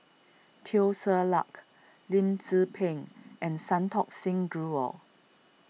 Teo Ser Luck Lim Tze Peng and Santokh Singh Grewal